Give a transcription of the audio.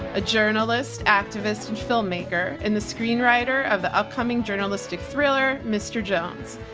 a journalist, activist and filmmaker and the screenwriter of the upcoming journalistic thriller, mr. jones.